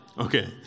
Okay